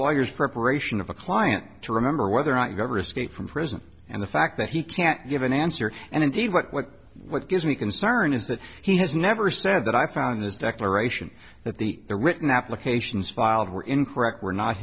lawyer's preparation of a client to remember whether or not governor escaped from prison and the fact that he can't give an answer and indeed what what what gives me concern is that he has never said that i found his declaration that the the written applications filed were incorrect were not